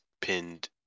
pinned